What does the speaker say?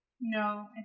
No